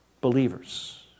believers